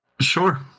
Sure